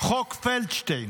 חוק פלדשטיין.